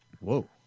Whoa